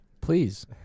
please